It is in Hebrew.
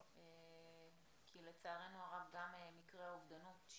כי לצערנו הרב יש גם מקרי אובדנות.